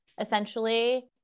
essentially